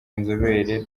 inzobere